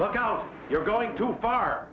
look out you're going too far